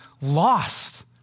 lost